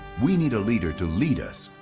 we need a leader to lead us,